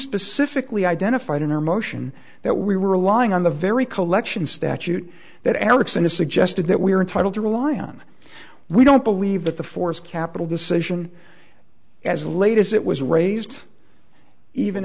specifically identified in our motion that we were lying on the very collection statute that eriksson has suggested that we are entitled to rely on we don't believe that the force capital decision as late as it was raised even